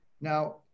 Now